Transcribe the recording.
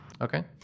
Okay